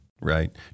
Right